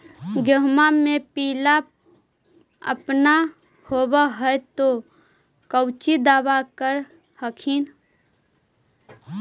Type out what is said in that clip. गोहुमा मे पिला अपन होबै ह तो कौची दबा कर हखिन?